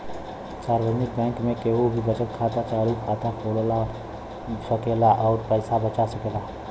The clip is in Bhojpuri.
सार्वजनिक बैंक में केहू भी बचत खाता, चालु खाता खोलवा सकेला अउर पैसा बचा सकेला